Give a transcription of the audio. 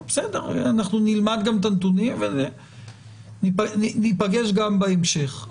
נלמד את הנתונים וניפגש גם בהמשך.